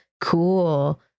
cool